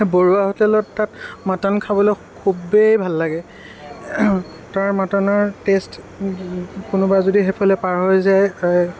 বৰুৱা হোটেলত তাত মটন খাবলৈ খুবেই ভাল লাগে তাৰ মটনৰ টেষ্ট কোনোবা যদি সেইফালে পাৰ হৈ যায়